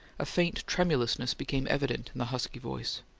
a faint tremulousness became evident in the husky voice.